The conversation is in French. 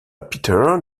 peter